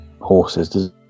horses